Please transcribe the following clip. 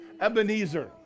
Ebenezer